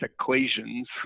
equations